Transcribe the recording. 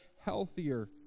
healthier